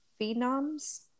Phenoms